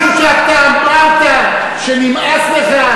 משום שאתה אמרת שנמאס לך,